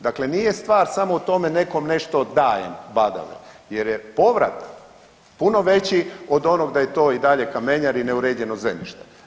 Dakle nije stvar samo u tome nekom nešto dajem badave jer je povrat puno veći od onog da je to i dalje kamenjar i neuređeno zemljište.